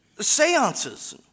Seances